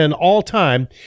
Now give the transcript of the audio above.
all-time